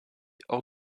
hors